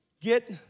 Get